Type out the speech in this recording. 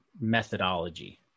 methodology